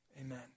Amen